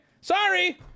Sorry